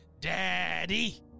daddy